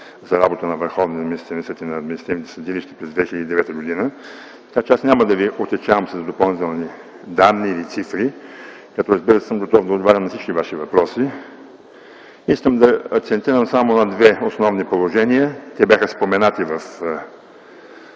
за работата на Върховния административен съд и на административните съдилища през 2009 г. Аз няма да ви отегчавам с допълнителни данни или цифри като, разбира се, съм готов да отговарям на всички ваши въпроси. Искам да акцентирам само на две основни положения. Те бяха споменати в